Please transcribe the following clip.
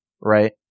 right